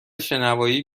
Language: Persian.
شنوایی